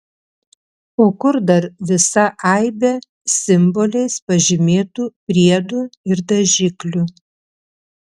o kur dar visa aibė simboliais pažymėtų priedų ir dažiklių